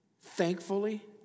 Thankfully